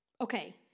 okay